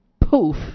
poof